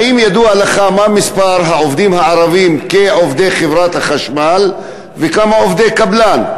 האם ידוע לך מה מספר הערבים העובדים כעובדי חברת החשמל וכמה עובדי קבלן?